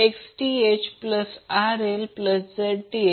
Rth jXTh RL j XL